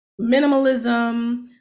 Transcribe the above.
minimalism